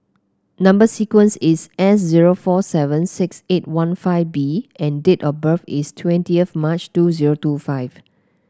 number sequence is S zero four seven six eight one five B and date of birth is twentieth March two zero two five